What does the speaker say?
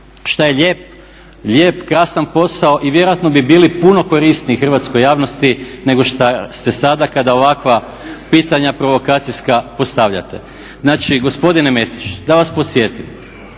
Šta je lijep, krasan posao i vjerojatno bi bili puno korisniji hrvatskoj javnosti nego što ste sada kada ovakva pitanja provokacijska postavljate. Znači gospodine Mesić, da vas podsjetim,